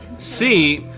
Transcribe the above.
c,